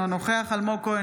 אינו נוכח אלמוג כהן,